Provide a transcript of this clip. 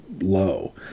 low